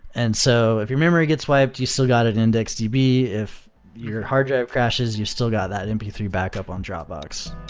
and so if your memory gets wiped, you still got an indexeddb. if your hard drive crashes, you still got that m p three backup on dropbox,